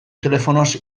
telefonoz